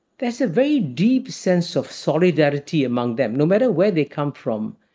there's a very deep sense of solidarity among them, no matter where they come from.